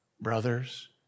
brothers